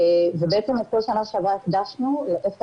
ובעצם את שנה שעברה הקדשנו לאיפה אנחנו